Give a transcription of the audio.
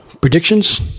Predictions